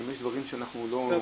אם יש דברים שאנחנו לא --- בסדר.